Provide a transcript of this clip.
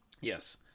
Yes